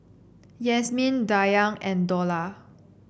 Yasmin Dayang and Dollah